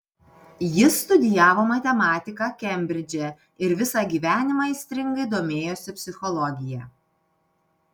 jis studijavo matematiką kembridže ir visą gyvenimą aistringai domėjosi psichologija